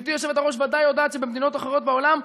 גברתי היושבת-ראש בוודאי יודעת שבמדינות אחרות בעולם,